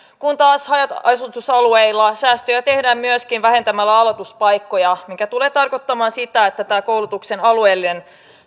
kun taas haja asutusalueilla säästöjä tehdään myöskin vähentämällä aloituspaikkoja mikä tulee tarkoittamaan sitä että koulutuksen alueellinen